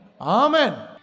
Amen